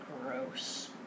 Gross